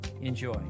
Enjoy